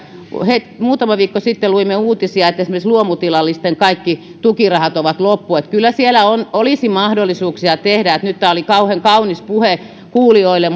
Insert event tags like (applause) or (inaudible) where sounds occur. muutama viikko sitten luimme uutisista että esimerkiksi luomutilallisten kaikki tukirahat ovat loppu eli kyllä siellä olisi mahdollisuuksia tehdä tämä oli nyt kauhean kaunis puhe kuulijoille (unintelligible)